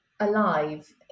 Alive